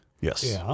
Yes